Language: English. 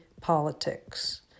politics